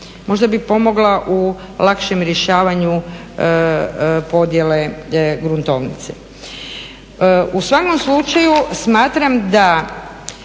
možda bi pomogla u lakšem rješavanju podjele gruntovnice. U svakom slučaju smatram da